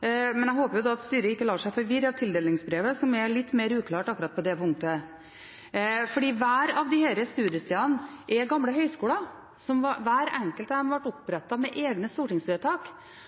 Men jeg håper da at styret ikke lar seg forvirre av tildelingsbrevet, som er litt mer uklart akkurat på det punktet. Hvert av disse studiestedene er gamle høyskoler. Hvert enkelt av dem ble opprettet med egne stortingsvedtak.